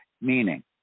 meaning